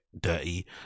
dirty